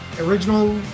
original